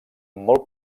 molt